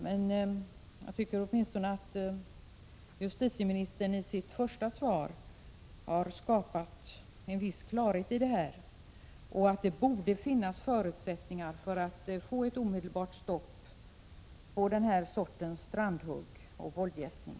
Jag tycker att justitieministern åtminstone i själva interpellationssvaret har skapat en viss klarhet härvidlag och att det borde finnas förutsättningar för att få ett omedelbart stopp på den här sortens ”strandhugg” och ”våldgästning”.